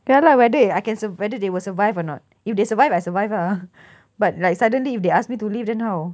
ya lah whether I can sur~ whether they will survive or not if they survive I survive ah but like suddenly if they ask me to leave then how